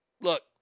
Look